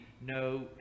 no